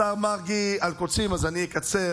השר מרגי על קוצים, אז אני אקצר.